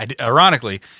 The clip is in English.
Ironically